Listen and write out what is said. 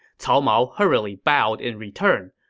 cao mao hurriedly bowed in return.